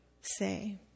say